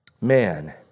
Man